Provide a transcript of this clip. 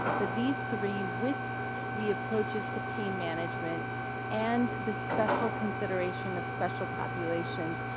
but these three, with the approaches to pain management and the special consideration of special populations,